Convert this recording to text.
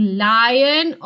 lion